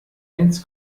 eins